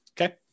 Okay